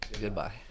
goodbye